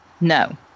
No